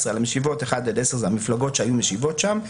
על משיבות 1-10" זה המפלגות שהיו משיבות שם,